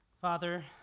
Father